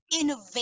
innovate